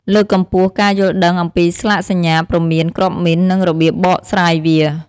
លើកកម្ពស់ការយល់ដឹងអំពីស្លាកសញ្ញាព្រមានគ្រាប់មីន និងរបៀបបកស្រាយវា។